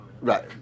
Right